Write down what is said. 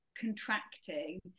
contracting